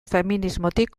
feminismotik